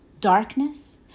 darkness